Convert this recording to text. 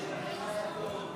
(הצבת יוצאי צבא בשירות בתי הסוהר)